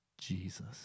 Jesus